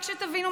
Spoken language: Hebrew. רק שתבינו,